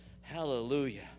Hallelujah